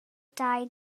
dau